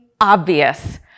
obvious